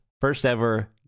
first-ever